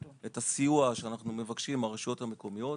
את הסיוע שאנחנו מבקשים מהרשויות המקומיות.